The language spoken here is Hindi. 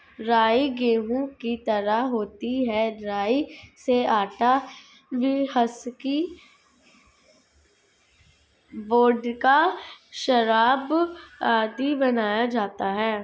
राई गेहूं की तरह होती है राई से आटा, व्हिस्की, वोडका, शराब आदि बनाया जाता है